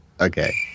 Okay